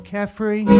Carefree